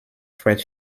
fred